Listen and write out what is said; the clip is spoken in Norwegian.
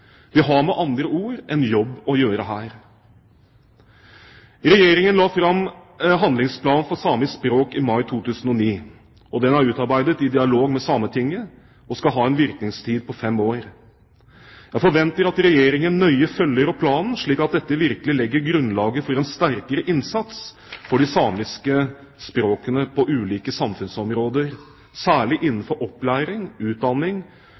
Vi har med andre ord en jobb å gjøre her. Regjeringen la fram handlingsplan for samisk språk i mai 2009. Den er utarbeidet i dialog med Sametinget og skal ha en virkningstid på fem år. Jeg forventer at Regjeringen nøye følger opp planen, slik at dette virkelig legger grunnlaget for en sterkere innsats for de samiske språkene på ulike samfunnsområder, særlig innenfor opplæring, utdanning,